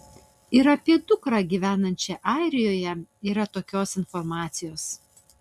ir apie dukrą gyvenančią airijoje yra tokios informacijos